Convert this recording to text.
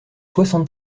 soixante